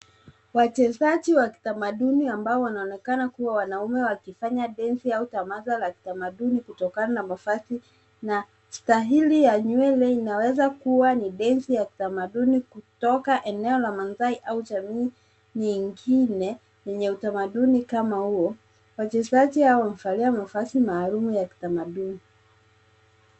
Wachezaji wa kitamaduni ambao wanaoneakana kuwa wanaume wakifanya densi au tamasha la kitamaduni kutokana na mavazi na staili ya nywele inaweza kuwa ni densi ya kitamaduni kutoka eneo la Maasai au jamii nyingine yenye utamaduni kama huo. Wachezaji hao wamevalia mavazi maalum ya kitamaduni.